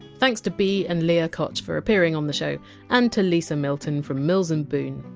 thanks to bea and leah koch for appearing on the show and to lisa milton from mills and boon.